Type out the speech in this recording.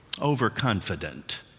overconfident